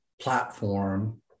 platform